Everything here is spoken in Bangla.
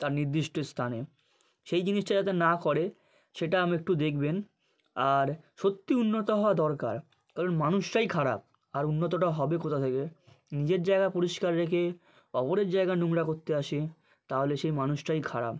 তার নির্দিষ্ট স্থানে সেই জিনিসটা যাতে না করে সেটা আপনি একটু দেখবেন আর সত্যি উন্নত হওয়া দরকার কারণ মানুষটাই খারাপ আর উন্নতটা হবে কোথা থেকে নিজের জায়গা পরিষ্কার রেখে অপরের জায়গা নোংরা করতে আসে তাহলে সে মানুষটাই খারাপ